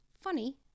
funny